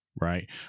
right